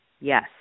Yes